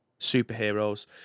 superheroes